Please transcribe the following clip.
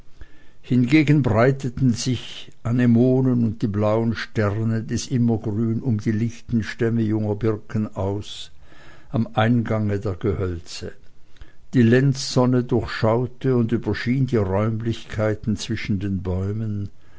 hingegen breiteten sich anemonen und die blauen sterne des immergrün um die lichten stämme junger birken aus am eingange der gehölze die lenzsonne durchschaute und überschien die räumlichkeiten zwischen den bäumen